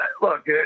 look